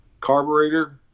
carburetor